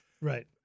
Right